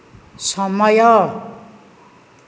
ସମୟ